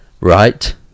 right